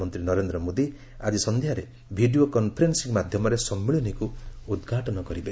ପ୍ରଧାନମନ୍ତ୍ରୀ ନରେନ୍ଦ୍ର ମୋଦୀ ଆଜି ସନ୍ଧ୍ୟାରେ ଭିଡ଼ିଓ କନ୍ଫରେନ୍ସିଂ ମାଧ୍ୟମରେ ସମ୍ମିଳନୀକୁ ଉଦ୍ଘାଟନ କରିବେ